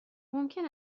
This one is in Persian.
ممکن